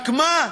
רק מה,